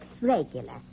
regular